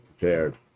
prepared